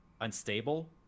unstable